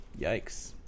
Yikes